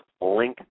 link